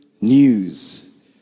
news